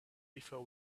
before